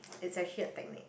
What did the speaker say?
it's actually a technique